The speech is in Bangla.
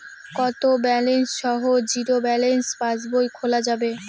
কত ব্যালেন্স সহ জিরো ব্যালেন্স পাসবই খোলা যাবে?